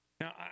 Now